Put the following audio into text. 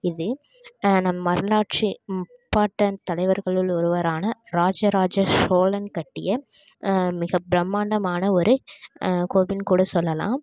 இது நம் வரலாற்று முப்பாட்டன் தலைவர்களுள் ஒருவரான ராஜராஜ சோழன் கட்டிய மிக பிரம்மாண்டமான ஒரு கோவில்ன்னு கூட சொல்லலாம்